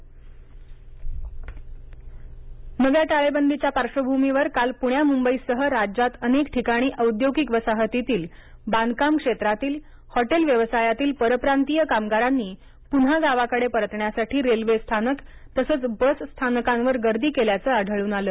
मजरांची गर्दी अकोला मंबई पश्चिम नव्या टाळेबंदीच्या पार्श्वभूमीवर काल पुण्या मुंबईसह राज्यात अनेक ठिकाणी औद्योगिक वसाहतीतील बांधकाम क्षेत्रातीलतील हॉटेल व्यवसायातील परप्रातीय कामगारांनी पन्हा गावाकडे परतण्यासाठी रेल्वे स्थानक तसंच बसस्थानकांवर गर्दी केल्याचं आढळून आलं